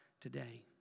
today